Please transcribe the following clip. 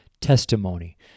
testimony